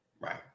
Right